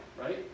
right